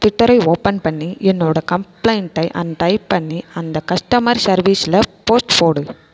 ட்விட்டரை open பண்ணி என்னோட கம்ப்ளைண்ட்டை அன்ட் டைப் பண்ணி அந்த கஸ்ட்டமர் சர்வீஸில் போஸ்ட் போடு